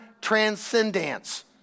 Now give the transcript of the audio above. transcendence